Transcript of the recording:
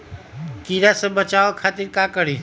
कीरा से बचाओ खातिर का करी?